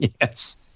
Yes